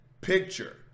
picture